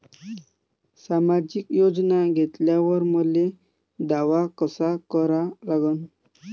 सामाजिक योजना घेतल्यावर मले दावा कसा करा लागन?